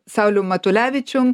saulium matulevičium